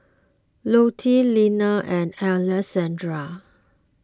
Lute Lenna and Alessandra